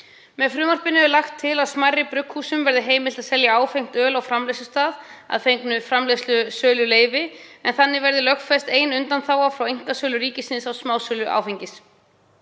Með frumvarpinu er lagt til að smærri brugghúsum verði heimilt að selja áfengt öl á framleiðslustað að fengnu framleiðslusöluleyfi en þannig verði lögfest ein undanþága frá einkasölu ríkisins á smásölu áfengis.